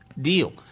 deal